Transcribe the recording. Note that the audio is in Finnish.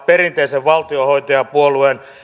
perinteisen valtionhoitajapuolueen